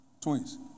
Twins